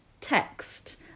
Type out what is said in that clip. text